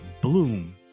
Bloom